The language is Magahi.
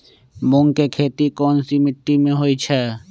मूँग के खेती कौन मीटी मे होईछ?